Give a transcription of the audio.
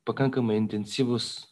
pakankamai intensyvus